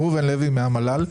המל"ל.